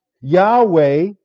Yahweh